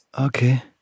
okay